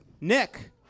Nick